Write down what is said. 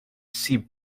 see